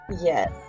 yes